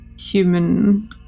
human